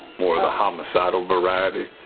more the homicidal variety.